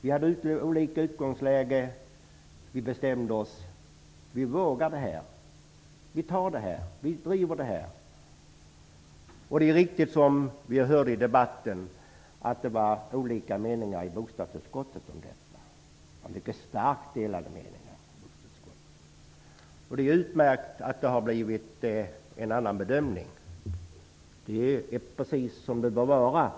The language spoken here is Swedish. Vi hade olika utgångsläge. Men vi bestämde oss för att våga. Vi tar det här, vi driver det här, sade vi. Det är riktigt, som framgått av debatten, att det fanns olika meningar i bostadsutskottet på den här punkten -- ja, det fanns mycket starkt delade meningar i bostadsutskottet. Det är utmärkt att det nu har blivit en annan bedömning. Det är precis som det bör vara.